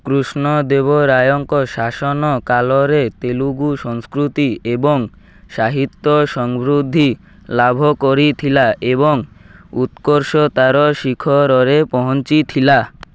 କୃଷ୍ଣଦେବରାୟଙ୍କ ଶାସନ କାଲରେ ତେଲୁଗୁ ସଂସ୍କୃତି ଏବଂ ସାହିତ୍ୟ ସଂବୃଦ୍ଧି ଲାଭକରିଥିଲା ଏବଂ ଉତ୍କର୍ଷତାର ଶିଖରରେ ପହଞ୍ଚିଥିଲା